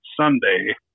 Sunday